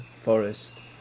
forest